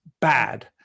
Bad